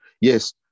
Yes